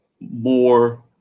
more